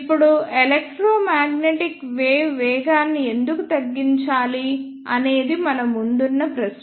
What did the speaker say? ఇప్పుడు electromagnetic wave వేగాన్ని ఎందుకు తగ్గించాలి అనేది మన ముందున్న ప్రశ్న